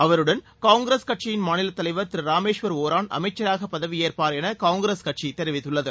அவருடன் காங்கிரஸ் கட்சியின் மாநிலத் தலைவர் திரு ராமேஷ்வர் வோரான் அமைச்சராகப் பதவியேற்பார் என காங்கிரஸ் கட்சி தெரிவித்துள்ளது